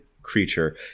creature